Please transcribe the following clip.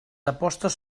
apostes